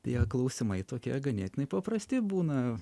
tie klausimai tokie ganėtinai paprasti būna